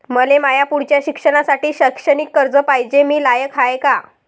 मले माया पुढच्या शिक्षणासाठी शैक्षणिक कर्ज पायजे, मी लायक हाय का?